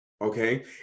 Okay